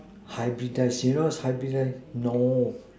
hybridize do you know what is hybridize no